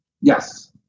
Yes